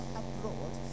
abroad